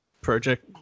project